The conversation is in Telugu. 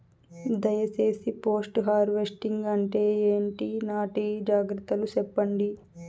దయ సేసి పోస్ట్ హార్వెస్టింగ్ అంటే ఏంటి? వాటి జాగ్రత్తలు సెప్పండి?